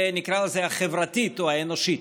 ונקרא לזה החברתית או האנושית,